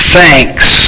Thanks